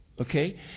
okay